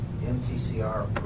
MTCR